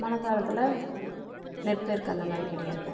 மழை காலத்தில் நெற்பயிர்க்கு அந்த மாதிரி கிடையாது